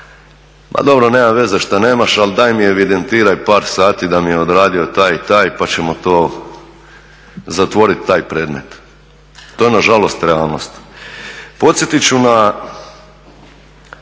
ma dobro, nema veze što nemaš, ali daj mi evidentiraj par sati da mi je odradio taj i taj pa ćemo to zatvoriti taj predmet. To je nažalost realnost. Podsjetiti ću na